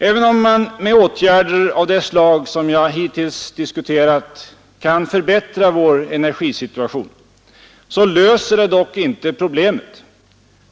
Även om man med åtgärder av det slag som jag hittills talat om kan förbättra vår energisituation, så löser det dock inte problemet.